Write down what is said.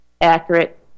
accurate